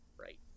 right